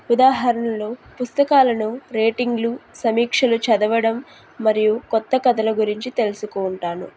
ఉదాహరణలు పుస్తకాలను రేటింగ్లు సమీక్షలు చదవడం మరియు కొత్త కథల గురించి తెలుసుకుంటాను